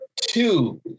two